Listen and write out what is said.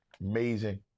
Amazing